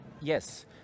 yes